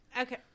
Okay